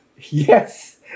Yes